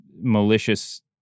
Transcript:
malicious